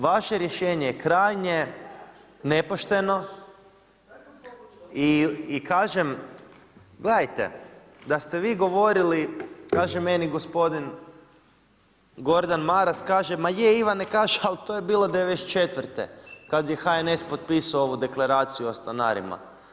Vaše rješenje je krajnje nepošteno i kažem gledajte, da ste vi govorili kaže meni gospodin Gordan Maras, ma je Ivane kaže ali to je bilo '94. kad je HNS potpisao ovu deklaraciju o stanarima.